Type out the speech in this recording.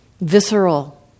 visceral